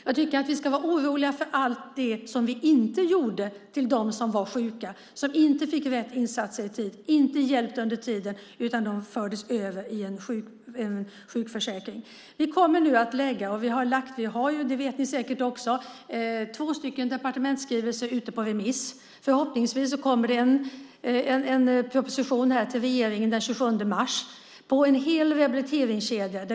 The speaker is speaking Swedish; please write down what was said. Jag tycker att vi ska vara oroliga för allt det som vi inte gjorde för dem som var sjuka, som inte fick rätt insatser i tid, inte blev hjälpta under tiden utan fördes över i en sjukförsäkring. Ni vet säkert att vi har två departementsskrivelser ute på remiss. Förhoppningsvis kommer det en proposition den 27 mars om en hel rehabiliteringskedja.